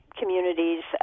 communities